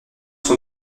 sont